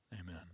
amen